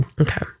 Okay